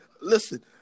listen